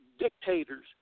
Dictators